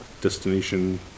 destination